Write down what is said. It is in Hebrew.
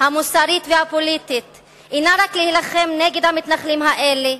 המוסרית והפוליטית אינה רק להילחם נגד המתנחלים האלה,